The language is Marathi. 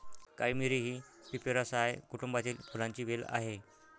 काळी मिरी ही पिपेरासाए कुटुंबातील फुलांची वेल आहे